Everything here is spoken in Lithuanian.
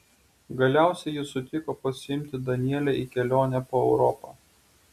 galiausiai jis sutiko pasiimti danielę į kelionę po europą